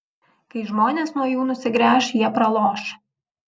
kai žmonės nuo jų nusigręš jie praloš